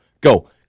go